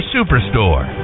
Superstore